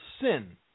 sin